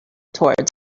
towards